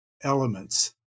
elements